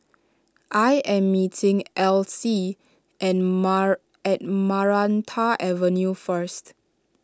I am meeting Alcee at mall at Maranta Avenue first